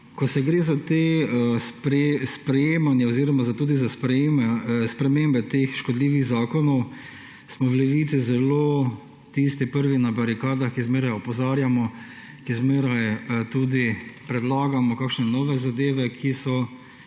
Ko gre za sprejemanja oziroma tudi za spremembe škodljivih zakonov, smo v Levici tisti prvi na barikadah, ki zmeraj opozarjamo, ki zmeraj tudi predlagamo kakšne nove zadeve, ki so